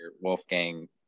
Wolfgang